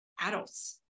adults